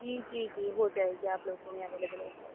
جی جی جی ہو جائے گی آپ لوگ کے لیے اویلیبل ہو جائے گا